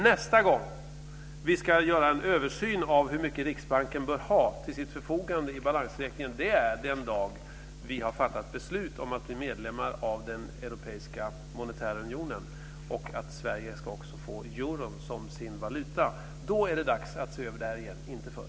Nästa gång vi ska göra en översyn av hur mycket Riksbanken bör ha till sitt förfogande i balansräkningen är den dag vi har fattat beslut om att bli medlemmar av den europeiska monetära unionen och att Sverige ska få euron som sin valuta. Då är det dags att se över detta igen, inte förr.